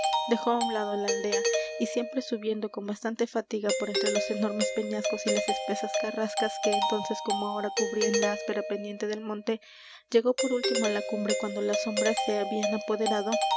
dejó á un lado la aldea y siempre subiendo con bastante fatiga por entre los enormes peñascos y las espesas carrascas que entonces como ahora cubrían la áspera pendiente del monte llegó por último á la cumbre cuando las sombras se habían apoderado